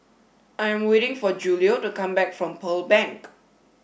I am waiting for Julio to come back from Pearl Bank